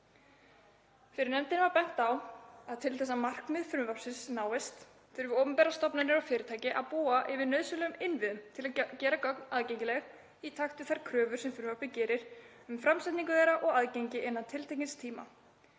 Fyrir nefndinni var bent á að til þess að markmið frumvarpsins náist þurfi opinberar stofnanir og fyrirtæki að búa yfir nauðsynlegum innviðum til að gera gögn aðgengileg í takti við þær kröfur sem frumvarpið gerir um framsetningu þeirra og aðgengi innan tiltekins tíma.